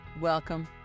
Welcome